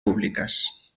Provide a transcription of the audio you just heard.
públicas